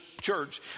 church